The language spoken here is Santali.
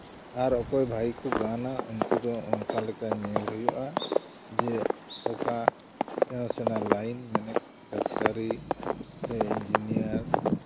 ᱟᱨ ᱚᱠᱚᱭ ᱵᱷᱟᱹᱜᱤ ᱠᱚ ᱜᱟᱱᱟ ᱩᱱᱠᱩ ᱫᱚ ᱚᱱᱠᱟᱞᱮᱠᱟ ᱧᱮᱞ ᱦᱩᱭᱩᱜᱼᱟ ᱡᱮ ᱚᱠᱟ ᱥᱮᱬᱟ ᱥᱮᱬᱟ ᱞᱟᱭᱤᱱ ᱢᱮᱱᱮᱠ ᱰᱟᱠᱛᱟᱨᱤ ᱥᱮ ᱤᱧᱡᱤᱱᱤᱭᱟᱨ